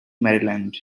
maryland